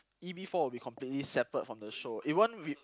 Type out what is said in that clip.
E_V four will be completely separate from the show even wi~